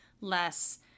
less